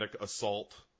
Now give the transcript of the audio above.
assault